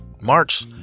March